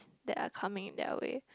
that are coming their way